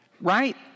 right